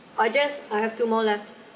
I just I have two more left